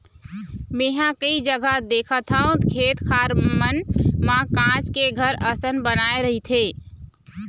मेंहा कई जघा देखथव खेत खार मन म काँच के घर असन बनाय रहिथे